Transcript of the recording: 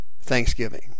thanksgiving